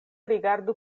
rigardu